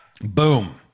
Boom